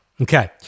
Okay